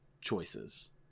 choices